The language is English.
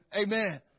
Amen